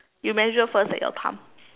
you measure first eh your thumb